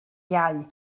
iau